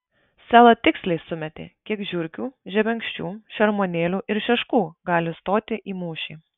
sela tiksliai sumetė kiek žiurkių žebenkščių šermuonėlių ir šeškų gali stoti į mūšį